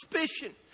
suspicion